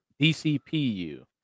DCPU